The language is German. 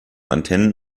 antennen